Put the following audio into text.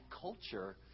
culture